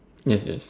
yes the